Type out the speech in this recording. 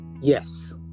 yes